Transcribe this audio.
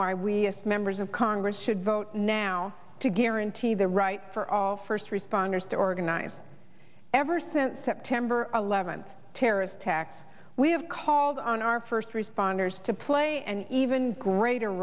why we asked members of congress should vote now to guarantee the right for all first responders to organize ever since september eleventh terrorist attacks we have called on our first responders to play an even greater